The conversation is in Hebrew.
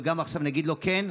וגם אם עכשיו נגיד לו כן,